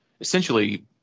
essentially